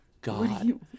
god